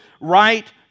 right